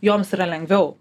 joms yra lengviau